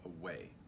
away